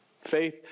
Faith